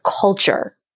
culture